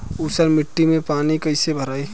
ऊसर मिट्टी में पानी कईसे भराई?